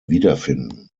wiederfinden